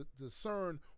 discern